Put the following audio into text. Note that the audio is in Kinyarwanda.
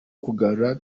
kugarura